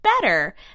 better